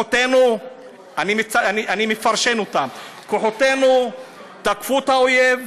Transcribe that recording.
אני מפרשן אותה: כוחותינו תקפו את האויב,